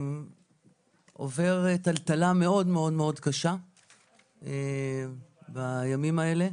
עובר טלטלה מאוד מאוד קשה בימים האלה.